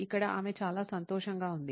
ఇక్కడ ఆమె చాలా సంతోషంగా ఉంది